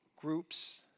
groups